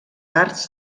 arts